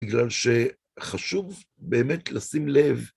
בגלל שחשוב באמת לשים לב.